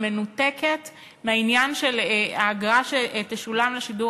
והיא מנותקת מהעניין של האגרה שתשולם לשידור